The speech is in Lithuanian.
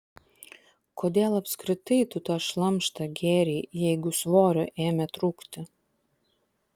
kodėl apskritai tu tą šlamštą gėrei jeigu svorio ėmė trūkti